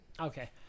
Okay